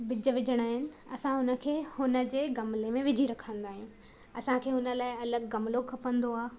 ॿिज विझणा आहिनि असां उनखे हुनजे गमले में विझी रखंदा आहियूं असांखे हुन लाइ अलॻि गमलो खपंदो आहे